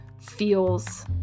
feels